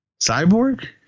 Cyborg